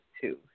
two